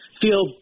feel